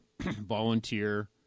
volunteer